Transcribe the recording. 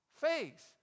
Faith